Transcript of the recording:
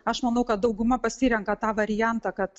aš manau kad dauguma pasirenka tą variantą kad